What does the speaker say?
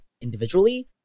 individually